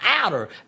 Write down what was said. outer